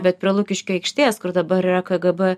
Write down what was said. bet prie lukiškių aikštės kur dabar kgb